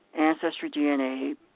AncestryDNA